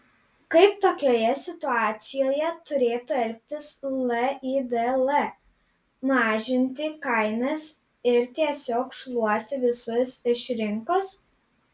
kaip tokioje situacijoje turėtų elgtis lidl mažinti kainas ir tiesiog šluoti visus iš rinkos